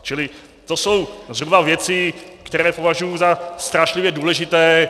Čili to jsou zhruba věci, které považuji za strašlivě důležité.